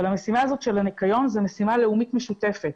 אבל המשימה הזאת של הניקיון זו משימה לאומית משותפת.